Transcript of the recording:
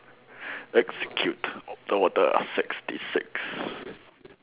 execute order sixty six